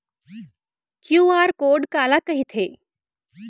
QR code काला कहिथे?